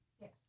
Yes